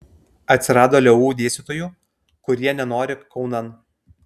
atsirado leu dėstytojų kurie nenori kaunan